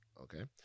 Okay